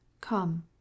Come